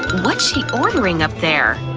what's she ordering up there?